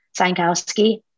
Sankowski